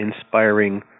inspiring